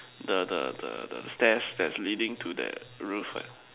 the the the the stairs that's leading to that roof ah